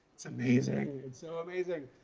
it's amazing. it's so amazing.